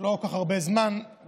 זה לא כל כך הרבה זמן במחוזותינו,